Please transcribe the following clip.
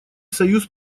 союз